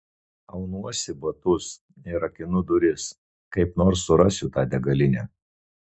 aunuosi batus ir rakinu duris kaip nors surasiu tą degalinę